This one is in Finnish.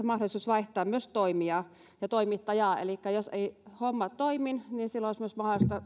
mahdollisuus myös vaihtaa toimijaa ja toimittajaa elikkä jos ei homma toimi niin silloin olisi myös